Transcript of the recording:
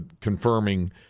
confirming